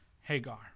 Hagar